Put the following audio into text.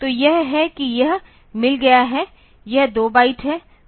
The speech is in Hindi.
तो यह है कि यह मिल गया है यह 2 बाइट है